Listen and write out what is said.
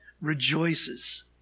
rejoices